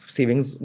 Savings